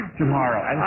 tomorrow